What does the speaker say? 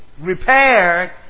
repaired